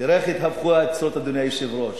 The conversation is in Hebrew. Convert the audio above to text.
תראה איך התהפכו היוצרות, אדוני היושב-ראש.